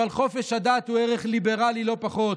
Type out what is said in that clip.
אבל חופש הדת הוא ערך ליברלי לא פחות.